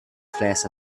flash